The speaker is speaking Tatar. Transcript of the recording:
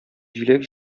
җиләк